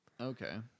Okay